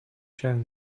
shown